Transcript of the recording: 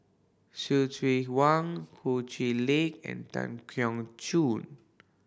Hsu Tse Wang Ho Chee Lick and Tan Keong Choo